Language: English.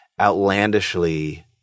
outlandishly